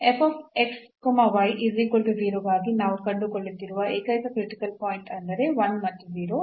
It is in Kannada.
ಈ ಗಾಗಿ ನಾವು ಕಂಡುಕೊಳ್ಳುತ್ತಿರುವ ಏಕೈಕ ಕ್ರಿಟಿಕಲ್ ಪಾಯಿಂಟ್ ಅಂದರೆ 1 ಮತ್ತು 0